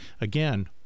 Again